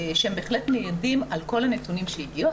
שהם בהחלט מעידים על כל הנתונים שהגיעו.